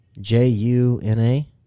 j-u-n-a